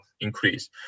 increase